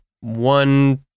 one